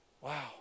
Wow